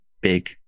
big